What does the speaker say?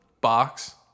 box